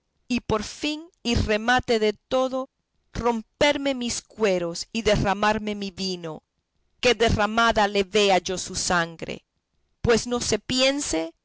y por fin y remate de todo romperme mis cueros y derramarme mi vino que derramada le vea yo su sangre pues no se piense